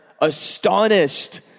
astonished